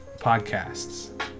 podcasts